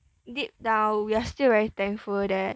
deep down we are still very thankful that